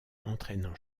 entraînant